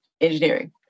engineering